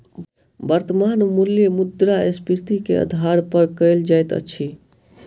वर्त्तमान मूल्य मुद्रास्फीति के आधार पर कयल जाइत अछि